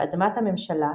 באדמת הממשלה,